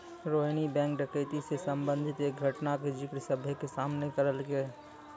Rohini bank डकैती से संबंधित एक घटना के जिक्र सभ्भे के सामने करलकै